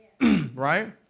Right